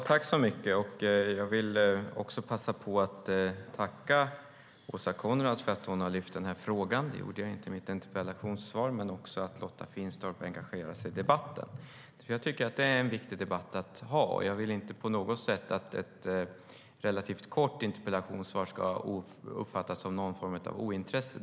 Fru talman! Jag vill passa på att tacka Åsa Coenraads för att hon lyft upp den här frågan och tacka Lotta Finstorp för att hon engagerar sig och deltar i debatten. Det är en viktig debatt, och jag vill inte att ett relativt kort interpellationssvar på något sätt ska uppfattas som någon form av ointresse.